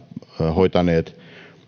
hoitaneet